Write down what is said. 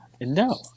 No